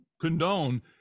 condone